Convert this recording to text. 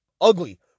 ugly